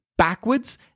Backwards